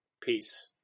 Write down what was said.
Peace